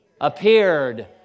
appeared